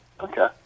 Okay